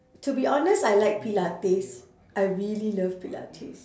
to be honest I like pilates I really love pilates